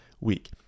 week